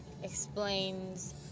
Explains